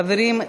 חברים,